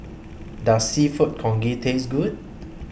Does Seafood Congee Taste Good